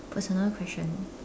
personal question